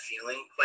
feeling